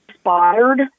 inspired